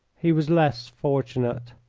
he was less fortunate.